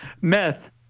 meth